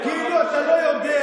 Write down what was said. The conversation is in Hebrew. כאילו אתה לא יודע